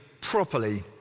properly